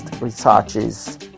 Researches